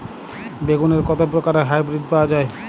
বেগুনের কত প্রকারের হাইব্রীড পাওয়া যায়?